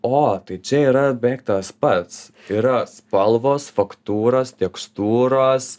o tai čia yra beveik tas pats yra spalvos faktūros tekstūros